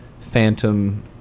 phantom